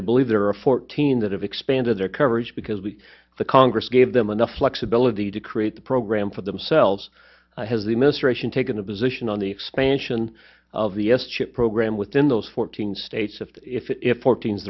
i believe there are fourteen that have expanded their coverage because we the congress gave them enough flexibility to create the program for themselves has the ministration taken a position on the expansion of the s chip program within those fourteen states if if if if fourteen